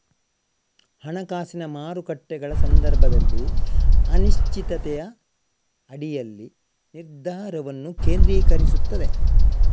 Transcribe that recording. ಹಣಕಾಸಿನ ಮಾರುಕಟ್ಟೆಗಳ ಸಂದರ್ಭದಲ್ಲಿ ಅನಿಶ್ಚಿತತೆಯ ಅಡಿಯಲ್ಲಿ ನಿರ್ಧಾರವನ್ನು ಕೇಂದ್ರೀಕರಿಸುತ್ತದೆ